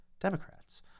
democrats